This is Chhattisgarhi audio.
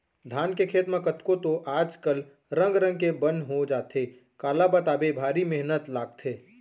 धान के खेत म कतको तो आज कल रंग रंग के बन हो जाथे काला बताबे भारी मेहनत लागथे